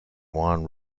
juan